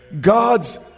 God's